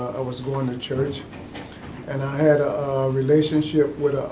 i was going to church and i had a relationship with